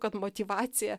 kad motyvacija